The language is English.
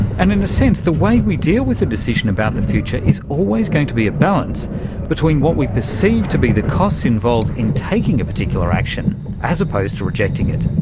and in a sense the way we deal with a decision about the future is always going to be a balance between what we perceive to be the costs involved in taking a particular action as opposed to rejecting it.